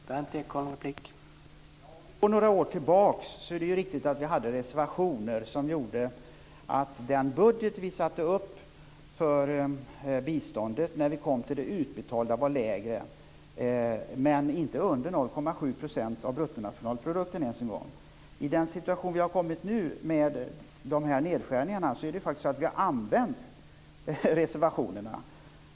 Herr talman! Om vi går några år tillbaka i tiden kan jag konstatera att det är riktigt att vi hade reservationer som gjorde att den budget som vi satte upp för biståndet var lägre när vi kom till det utbetalda, men inte under 0,7 % av BNP ens en gång. I nuvarande situation med nedskärningar har vi faktiskt använt reservationerna.